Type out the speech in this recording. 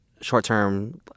short-term